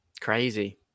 Crazy